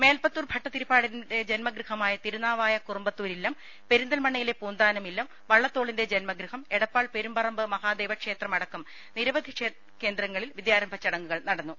മേൽപ്പത്തൂർ ഭട്ടതിരിപ്പാടിന്റെ ജന്മഗൃഹമ്മായ തിരുനാവായ കുറുമ്പത്തൂരില്ലം പെരിന്തൽമണ്ണയിലെ പ്രൂന്താനം ഇല്ലം വള്ള ത്തോളിന്റെ ജന്മഗൃഹം എടപ്പാൾ പെരുമ്പറമ്പ് മഹാദേവ ക്ഷേ ത്രം അടക്കം നിരവധി കേന്ദ്രങ്ങളിൽ വിദ്യാരംഭ ചടങ്ങുകൾ നട ന്നു